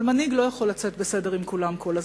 אבל מנהיג לא יכול לצאת בסדר עם כולם כל הזמן.